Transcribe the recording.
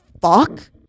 fuck